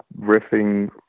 riffing